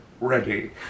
ready